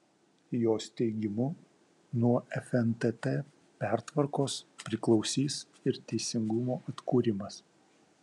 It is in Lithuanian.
jos teigimu nuo fntt pertvarkos priklausys ir teisingumo atkūrimas